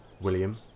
William